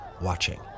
watching